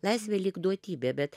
laisvė lyg duotybė bet